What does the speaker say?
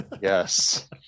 Yes